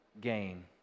gain